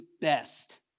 best